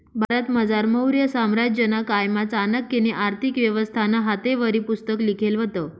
भारतमझार मौर्य साम्राज्यना कायमा चाणक्यनी आर्थिक व्यवस्थानं हातेवरी पुस्तक लिखेल व्हतं